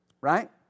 Right